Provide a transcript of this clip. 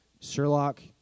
Sherlock